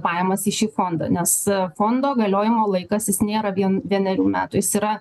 pajamas į šį fondą nes fondo galiojimo laikas jis nėra vien vienerių metų jis yra